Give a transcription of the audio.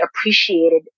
appreciated